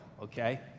Okay